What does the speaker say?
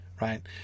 right